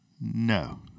No